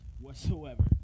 whatsoever